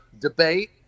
debate